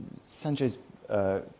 Sanjay's